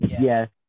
Yes